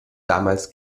damals